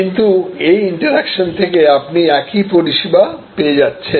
কিন্তু এই ইন্টারঅ্যাকশন থেকে আপনি একই পরিষেবা পেয়ে যাচ্ছেন